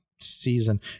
season